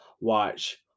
watch